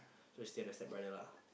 so she stay at the stepbrother lah